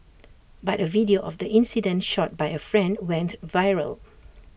but A video of the incident shot by A friend went viral